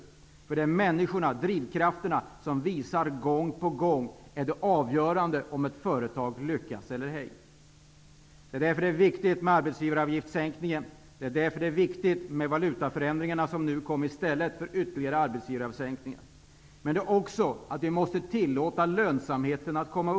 Det visas gång på gång att människorna, drivkrafterna, är avgörande för om ett företag lyckas eller ej. Därför är det viktigt att man sänker arbetsgivaravgiften. Det är också viktigt med de valutaförändringar, som nu gjordes i stället för ytterligare sänkningar av arbetsgivaravgiften. Vi måste tillåta lönsamheten att öka.